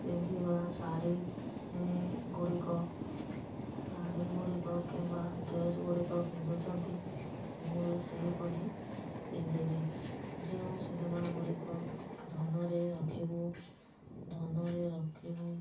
ପିନ୍ଧିବା ଶାଢ଼ୀ ଗୁଡ଼ିକ ଶାଢ଼ୀ ଗୁଡ଼ିକ କିମ୍ବା ଡ୍ରେସ୍ ଗୁଡ଼ିକ ପିନ୍ଧୁଛନ୍ତି ମୁଁ ବି ସେହିପରି ପିନ୍ଧିବି ଯେଉଁ ସିନେମା ଗୁଡ଼ିକ ଧନରେ ରଖିବୁ ଧନରେ ରଖିବୁ